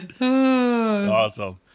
Awesome